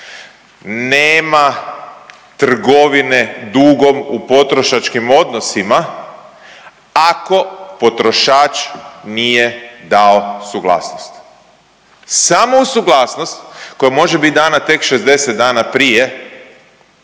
nema trgovine dugom u potrošačkim odnosima ako potrošač nije dao suglasnost. Samo uz suglasnost koja može biti dana tek 60 dana prije